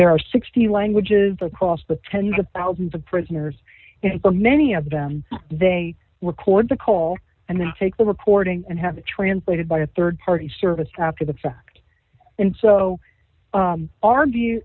there are sixty languages across but tens of thousands of prisoners and many of them they were court to call and then take the recording and have it translated by a rd party service after the fact and so our view